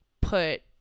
put